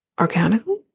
organically